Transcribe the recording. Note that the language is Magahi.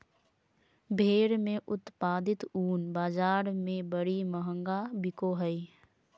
भेड़ से उत्पादित ऊन बाज़ार में बड़ी महंगा बिको हइ